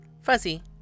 fuzzy